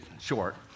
short